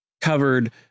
covered